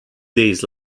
days